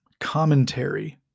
commentary